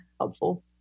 helpful